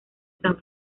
san